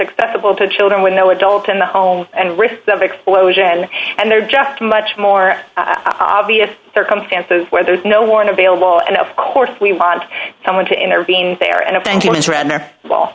acceptable to children with no adult in the home and risk of explosion and they're just much more obvious circumstances where there's no one available and of course we want someone to intervene